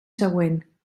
següent